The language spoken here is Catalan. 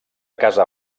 casa